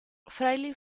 fraile